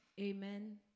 Amen